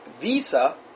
visa